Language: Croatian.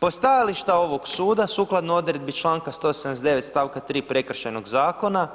Po stajališta ovog suda sukladno odredbi čl. 179. st. 3. Prekršajnog zakona